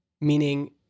Meaning